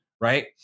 right